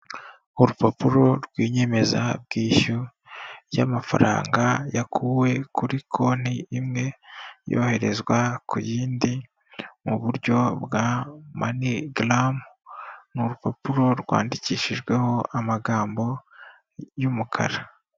Urupapuro rw'inyemeza bwishyu y'amafaranga yakuwe kuri konti imwe yoherezwa ku yindi mu buryo bwa manigaramu. Ni urupapuro rwandikishijweho amagambo y'umukara.